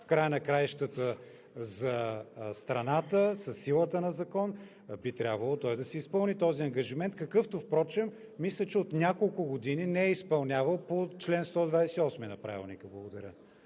в края на краищата за страната, би трябвало той да си изпълни този ангажимент, какъвто впрочем мисля, че от няколко години не е изпълнявал по чл. 128 на Правилника. Благодаря.